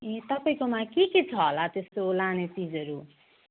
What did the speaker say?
ए तपाईँकोमा के के छ होला त्यस्तो लाने चिजहरू